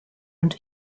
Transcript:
und